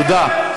תודה.